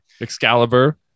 excalibur